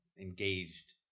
engaged